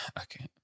okay